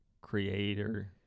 creator